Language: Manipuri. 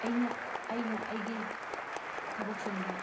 ꯑꯩꯅ ꯑꯩꯅ ꯑꯩꯒꯤ ꯊꯕꯛꯁꯤꯡꯗ